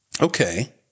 Okay